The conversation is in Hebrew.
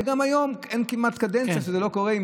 וגם היום אין כמעט קדנציה שזה לא קורה.